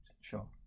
Sure